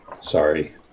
Sorry